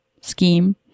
scheme